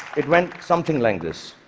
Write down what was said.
it went something like this.